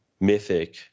mythic